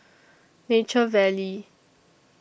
Nature Valley